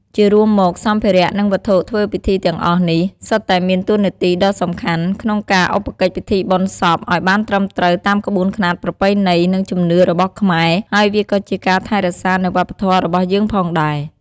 ជារួមមក សម្ភារៈនិងវត្ថុធ្វើពិធីទាំងអស់នេះ សុទ្ធតែមានតួនាទីដ៏សំខាន់ក្នុងការឧបកិច្ចពិធីបុណ្យសពឱ្យបានត្រឹមត្រូវតាមក្បួនខ្នាតប្រពៃណី និងជំនឿរបស់ខ្មែរ ហើយវាក៏ជាការថែររក្សានៅវប្បធម៏របស់យើងផងដែរ។